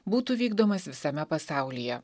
būtų vykdomas visame pasaulyje